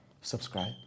subscribe